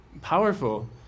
powerful